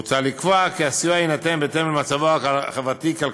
מוצע לקבוע כי הסיוע יינתן בהתאם למצבו החברתי-כלכלי